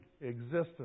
existence